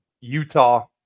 Utah